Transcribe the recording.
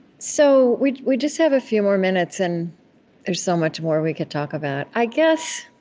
so we we just have a few more minutes, and there's so much more we could talk about. i guess